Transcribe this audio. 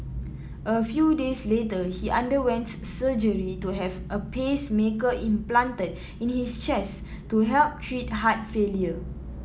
a few days later he underwent surgery to have a pacemaker implanted in his chest to help treat heart failure